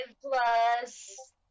plus